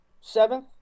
Seventh